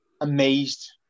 amazed